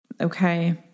okay